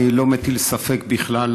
אני לא מטיל ספק בכלל,